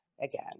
again